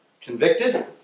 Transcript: convicted